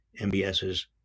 MBS's